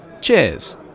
Cheers